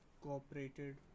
cooperated